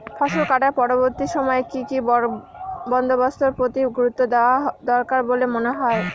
ফসলকাটার পরবর্তী সময়ে কি কি বন্দোবস্তের প্রতি গুরুত্ব দেওয়া দরকার বলে মনে হয়?